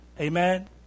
Amen